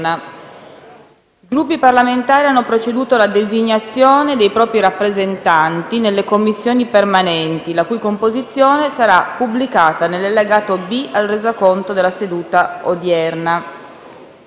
i Gruppi parlamentari hanno proceduto alla designazione dei propri rappresentanti nelle Commissioni permanenti, la cui composizione sarà pubblicata nell'allegato B al Resoconto della seduta odierna.